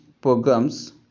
programs